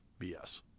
bs